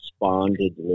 responded